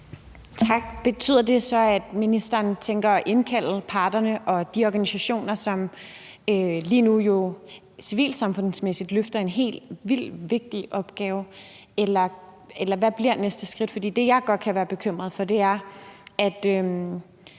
Tak. Betyder det så, at ministeren tænker at indkalde parterne og de organisationer, som lige nu jo civilsamfundsmæssigt løfter en helt vildt vigtig opgave, eller hvad bliver næste skridt? For det, jeg godt kan være bekymret for, er, at